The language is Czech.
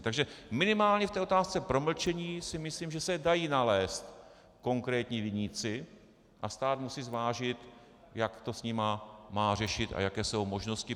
Takže minimálně v té otázce promlčení si myslím, že se dají nalézt konkrétní viníci a stát musí zvážit, jak to s nimi má řešit a jaké jsou možnosti.